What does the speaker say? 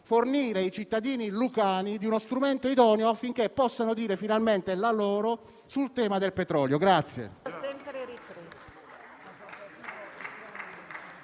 fornire ai cittadini lucani uno strumento idoneo affinché possano dire finalmente la loro sul tema del petrolio.